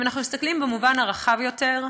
אם אנחנו מסתכלים במובן הרחב יותר,